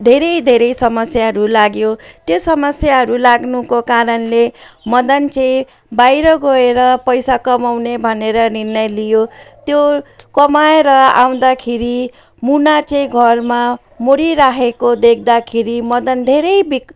धेरै धेरै समस्याहरू लाग्यो त्यो समस्याहरू लाग्नुको कारणले मदन चाहिँ बाहिर गएर पैसा कमाउने भनेर निर्णय लियो त्यो कमाएर आउँदाखेरि मुना चाहिँ घरमा मरिरहेको देख्दाखेरि मदन धेरै बिक